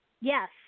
Yes